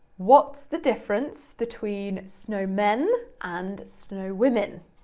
what's the difference between snowmen and snow women?